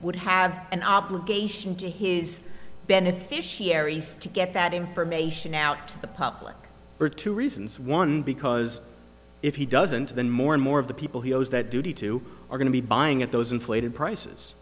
would have an obligation to his beneficiaries to get that information out to the public for two reasons one because if he doesn't then more and more of the people he owes that duty to are going to be buying at those inflated prices